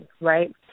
right